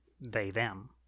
they-them